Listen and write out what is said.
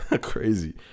crazy